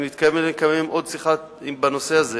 אני מתכוון לקיים עוד שיחה בנושא הזה